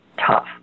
tough